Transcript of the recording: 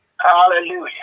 Hallelujah